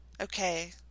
okay